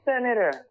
Senator